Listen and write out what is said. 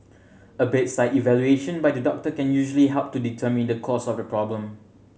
a bedside evaluation by the doctor can usually help to determine the cause of the problem